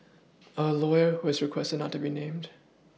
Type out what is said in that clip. a lawyer who requested not to be named